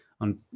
on